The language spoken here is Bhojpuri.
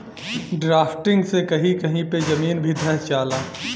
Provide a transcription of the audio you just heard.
ड्राफ्टिंग से कही कही पे जमीन भी धंस जाला